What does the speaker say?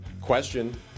Question